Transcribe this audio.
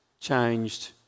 changed